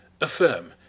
affirm